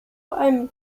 einem